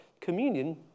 communion